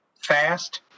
fast